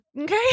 Okay